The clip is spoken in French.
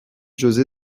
josé